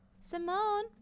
Simone